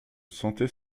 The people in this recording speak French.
sentais